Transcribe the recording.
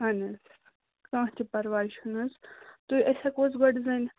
اَہن حظ کانٛہہ تہِ پرواے چھُنہٕ حظ تُہۍ أسۍ ہٮ۪کوٕ حظ گۄڈٕ زٲنِتھ